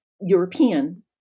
European